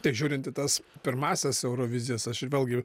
tai žiūrint į tas pirmąsias eurovizijas aš vėlgi